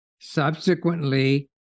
Subsequently